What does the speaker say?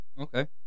Okay